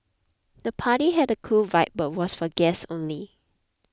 the party had a cool vibe but was for guests only